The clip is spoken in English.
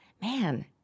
man